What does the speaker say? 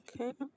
Okay